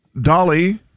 Dolly